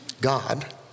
God